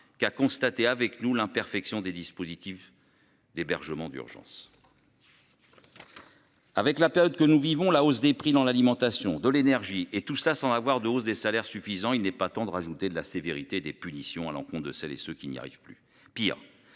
qui a constaté avec nous l'imperfection des dispositifs d'hébergement d'urgence. Avec la période que nous vivons la hausse des prix dans l'alimentation de l'énergie et tout ça sans avoir de hausse des salaires suffisants, il n'est pas tant de rajouter de la sévérité des punitions allant encon de celles et ceux qui n'y arrive plus pire